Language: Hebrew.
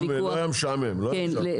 אחד,